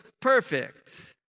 perfect